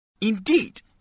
Indeed